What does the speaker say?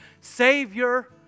Savior